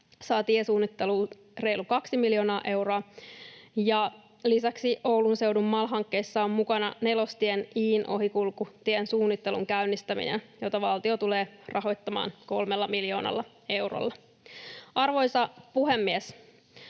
saatiin suunnitteluun reilu kaksi miljoonaa euroa. Lisäksi Oulun seudun MAL-hankkeissa on mukana nelostien Iin ohikulkutien suunnittelun käynnistäminen, jota valtio tulee rahoittamaan kolmella miljoonalla eurolla. Arvoisa puhemies!